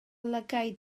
lygaid